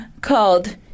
Called